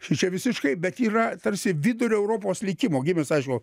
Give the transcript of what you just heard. šičia visiškai bet yra tarsi vidurio europos likimo gimęs aišku